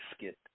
Biscuit